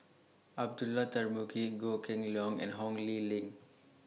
Abdullah Tarmugi Goh Kheng Long and Ho Lee Ling